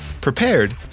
prepared